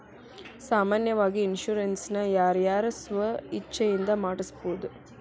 ಸಾಮಾನ್ಯಾವಾಗಿ ಇನ್ಸುರೆನ್ಸ್ ನ ಯಾರ್ ಯಾರ್ ಸ್ವ ಇಛ್ಛೆಇಂದಾ ಮಾಡ್ಸಬೊದು?